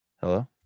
Hello